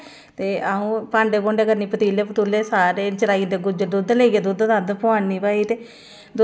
अस चाह्न्ने आं अगर कोई लोन बी दित्ता जा ते लोन ई किस्म दा होऐ कि सस्ता होऐ